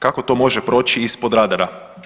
Kako to može proći ispod radara?